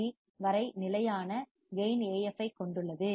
சிfc வரை நிலையான கான்ஸ்டன்ட் கேயின் AF ஐக் கொண்டுள்ளது